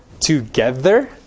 together